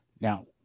Now